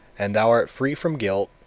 and thou art free from guilt,